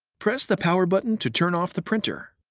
press the power button to turn off the printer.